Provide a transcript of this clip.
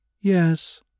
Yes